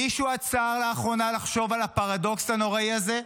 מישהו עצר לאחרונה לחשוב על הפרדוקס הנוראי הזה?